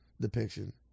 depiction